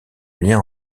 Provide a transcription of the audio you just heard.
lien